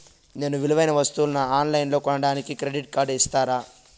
నేను విలువైన వస్తువులను ఆన్ లైన్లో కొనడానికి క్రెడిట్ కార్డు ఇస్తారా?